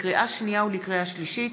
לקריאה שנייה ולקריאה שלישית: